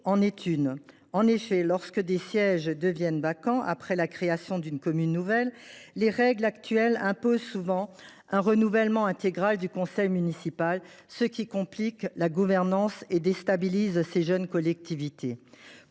En effet, lorsque des sièges deviennent vacants après la création d’une commune nouvelle, les règles actuelles imposent souvent un renouvellement intégral du conseil municipal, ce qui complique la gouvernance et déstabilise ces jeunes collectivités.